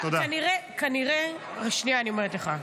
שנייה, אני אומרת לך.